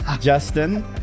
Justin